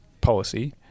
policy